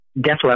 Death